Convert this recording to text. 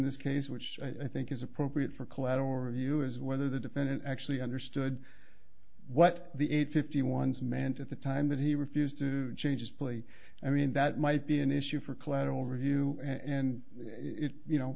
this case which i think is appropriate for collateral review is whether the defendant actually understood what the eight fifty one's man's at the time that he refused to change his play i mean that might be an issue for collateral review and you know